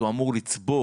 הוא אמור לצבור,